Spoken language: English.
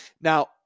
Now